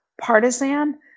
partisan